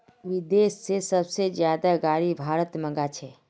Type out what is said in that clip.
विदेश से सबसे ज्यादा गाडी भारत मंगा छे